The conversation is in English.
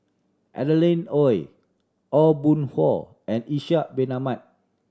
Adeline Ooi Aw Boon Haw and Ishak Bin Ahmad